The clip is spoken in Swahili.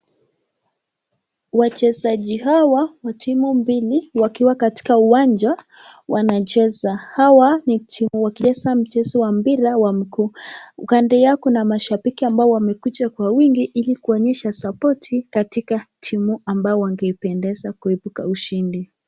Wachezaji hawa wa timu mbili wakiwa katika uwanja wanacheza .Hawa ni timu wanacheza mchezo wa mpira wa mguu. Kando yao kuna mashabiki ambao wamekuja kwa wingi ili kuonyesha sapoti katika timu ambao wangeipendeza kuibuka ushindi.